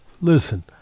Listen